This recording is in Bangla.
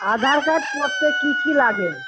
আধার কার্ড করতে কি কি লাগে